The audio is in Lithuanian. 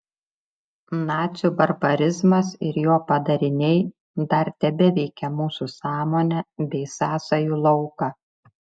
nacių barbarizmas ir jo padariniai dar tebeveikia mūsų sąmonę bei sąsajų lauką